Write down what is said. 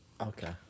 Okay